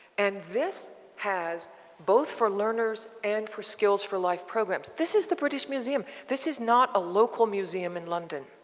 and this has both for learners and for skills for life programs. this is the british museum. this is not a local museum in london.